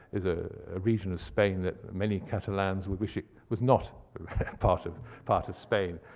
is a region of spain that many catalans would wish it was not part of part of spain.